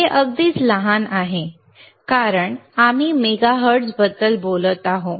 हे अगदीच लहान आहे कारण आम्ही मेगाहर्ट्झबद्दल बोलत आहोत